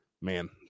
Man